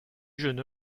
jeune